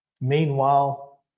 Meanwhile